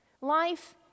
life